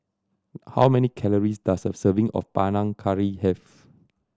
how many calories does a serving of Panang Curry have